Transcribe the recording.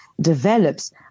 develops